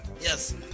Yes